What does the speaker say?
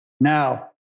Now